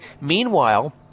Meanwhile